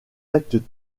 actes